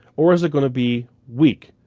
or is it gonna be weak,